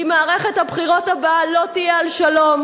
כי מערכת הבחירות הבאה לא תהיה על שלום,